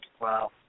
Wow